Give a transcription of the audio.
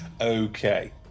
Okay